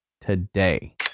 today